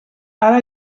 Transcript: ara